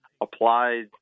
applied